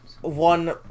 one